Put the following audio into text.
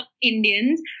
Indians